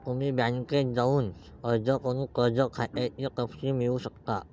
तुम्ही बँकेत जाऊन अर्ज करून कर्ज खात्याचे तपशील मिळवू शकता